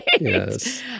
Yes